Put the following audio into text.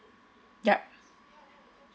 yup